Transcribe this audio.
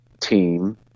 team